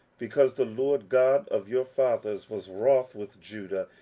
because the lord god of your fathers was wroth with judah,